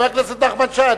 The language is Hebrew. חבר הכנסת נחמן שי,